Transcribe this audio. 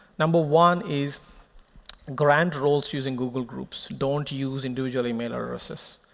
number one is grant rules using google groups. don't use individual email addresses.